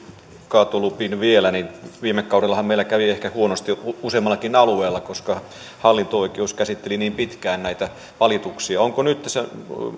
kaatolupiin vielä viime kaudellahan meillä kävi ehkä huonosti useammallakin alueella koska hallinto oikeus käsitteli niin pitkään näitä valituksia onko nyt tässä